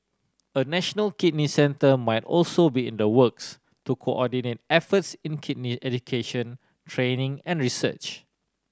a national kidney centre might also be in the works to coordinate efforts in kidney education training and research